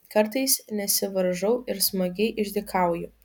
kartais nesivaržau ir smagiai išdykauju